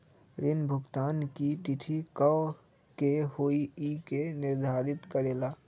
ऋण भुगतान की तिथि कव के होई इ के निर्धारित करेला?